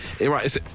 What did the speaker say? Right